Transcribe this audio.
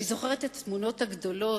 אני זוכרת את התמונות הגדולות,